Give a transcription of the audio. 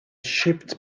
shipped